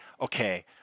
okay